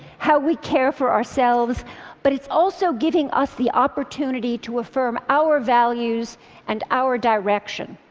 how we care for ourselves but it's also giving us the opportunity to affirm our values and our direction.